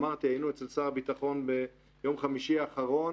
אמרתי, היינו אצל שר הביטחון ביום חמישי האחרון